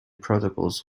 protocols